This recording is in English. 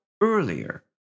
earlier